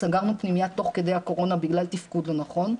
סגרנו פנימייה תוך כדי הקורונה בגלל תפקוד לא נכון,